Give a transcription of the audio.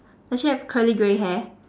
does she have curly grey hair